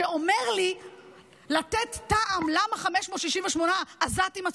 שאומר לי לתת טעם למה 568 עזתים עצורים,